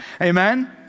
Amen